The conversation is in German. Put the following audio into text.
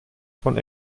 von